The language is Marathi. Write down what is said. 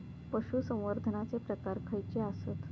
पशुसंवर्धनाचे प्रकार खयचे आसत?